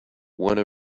one